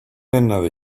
another